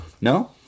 no